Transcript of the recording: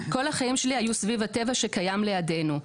כל החיים שלי היו סביב הטבע שקיים לידנו.